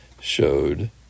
showed